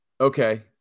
Okay